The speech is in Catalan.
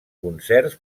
concerts